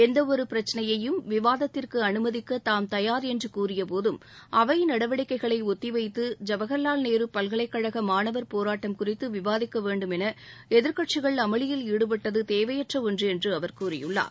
எந்தவொரு பிரச்னையயும் விவாதத்திற்கு அனுமதிக்க தாம் தயார் என்று கூறியபோதும் அவை நடவடிக்கைகளை ஒத்திவைத்து ஜவகர்வால் நேரு பல்கலைக்கழக மாணவர் போராட்டம் குறித்து விவாதிக்க வேண்டும் என எதிர்க்கட்சிகள் அமளியில் ஈடுபட்டது தேவையற்ற ஒன்று என்று அவர் கூறியுள்ளார்